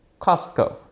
Costco